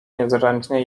niezręcznie